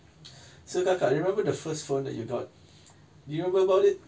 so kakak remember the first phone that you got do you remember about it